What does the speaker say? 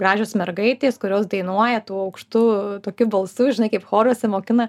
gražios mergaitės kurios dainuoja tuo aukštu tokiu balsu žinai kaip choruose mokina